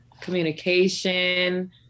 communication